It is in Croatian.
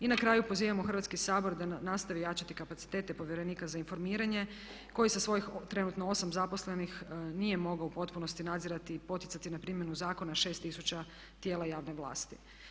I na kraju pozivamo Hrvatski sabora da nastavi jačati kapacitete povjerenika za informiranje koji sa svojih trenutno 8 zaposlenih nije mogao u potpunosti nadzirati i poticati na primjenu zakona 6 tisuća tijela javne vlasti.